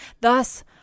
Thus